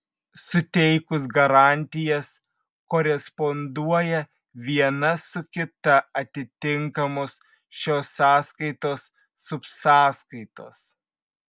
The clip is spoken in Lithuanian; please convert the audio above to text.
suteikus garantijas koresponduoja viena su kita atitinkamos šios sąskaitos subsąskaitos